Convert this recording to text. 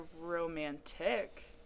romantic